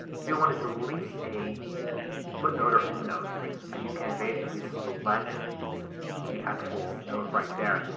if you want to delete a footnote or endnote ah you can basically just select the actual note, right there,